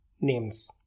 names